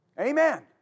Amen